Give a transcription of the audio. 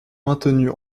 maintenus